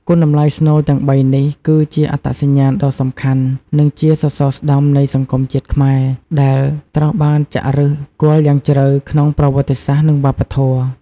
គុណតម្លៃស្នូលទាំងបីនេះ គឺជាអត្តសញ្ញាណ ដ៏សំខាន់ និងជាសសរស្ដម្ភនៃសង្គមជាតិខ្មែរ ដែលត្រូវបានចាក់ឫសគល់យ៉ាងជ្រៅក្នុងប្រវត្តិសាស្រ្ត និងវប្បធម៌។